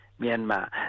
Myanmar